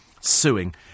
suing